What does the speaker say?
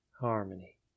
Harmony